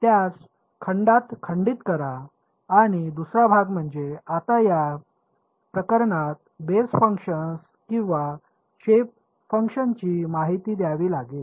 त्यास खंडात खंडित करा आणि दुसरा भाग म्हणजे आता या प्रकरणात बेस फंक्शन्स किंवा शेप फंक्शन्सची माहिती द्यावी लागेल